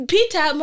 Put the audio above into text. Peter